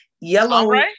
yellow